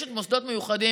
יש מוסדות מיוחדים,